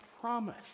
promise